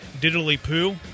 diddly-poo